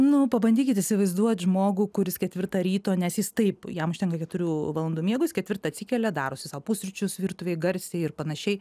nu pabandykit įsivaizduot žmogų kuris ketvirtą ryto nes jis taip jam užtenka keturių valandų mieguijis ketvirtą atsikelia darosi sau pusryčius virtuvėj garsiai ir panašiai